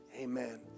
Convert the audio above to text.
Amen